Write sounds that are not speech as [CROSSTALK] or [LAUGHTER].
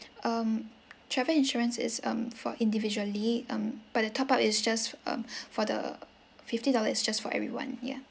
um travel insurance is um for individually um but the top up is just um [BREATH] for the fifty dollars is just for everyone yeah